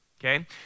okay